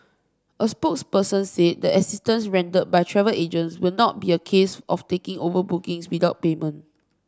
a spokesperson said the assistance rendered by travel agents will not be a case of taking over bookings without payment